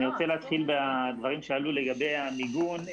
אני רוצה להתחיל בדברים שעלו לגבי המיגון,